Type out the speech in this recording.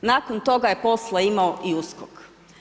Nakon toga je poslao imao i USKOK.